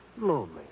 lonely